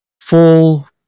full